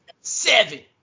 seven